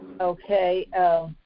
Okay